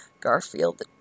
Garfield